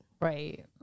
Right